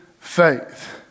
faith